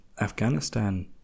Afghanistan